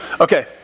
Okay